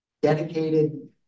dedicated